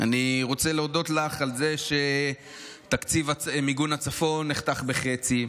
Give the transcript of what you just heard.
על זה שתקציב מיגון הצפון נחתך בחצי,